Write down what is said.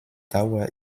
dauer